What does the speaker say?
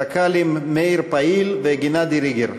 חכ"לים מאיר פעיל וגינדי ריגר.